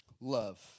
Love